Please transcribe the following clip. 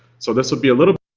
so this will be a little